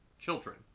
children